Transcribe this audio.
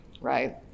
right